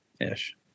Ish